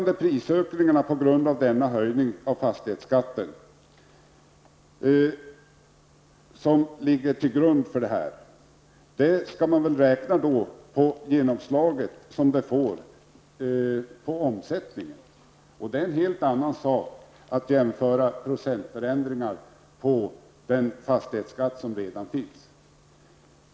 De prisökningar som blir följden av denna höjning av fastighetsskatten skall beräknas på det genomslag som dessa ökningar får på omsättningen. Det är en helt annan sak att jämföra procentförändringar när det gäller den fastighetsskatt som redan finns.